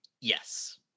Yes